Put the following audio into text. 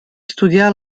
estudiar